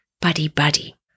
buddy-buddy